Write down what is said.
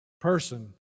person